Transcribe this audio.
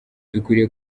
dukwiriye